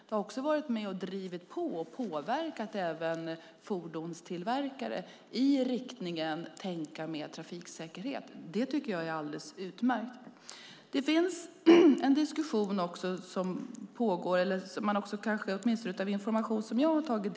De har också varit med och drivit på och påverkat fordonstillverkare i riktning mot att tänka mer på trafiksäkerhet. Det tycker jag är alldeles utmärkt. Det finns en diskussion som pågår och som jag tagit del av information om.